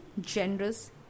generous